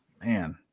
man